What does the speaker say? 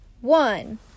one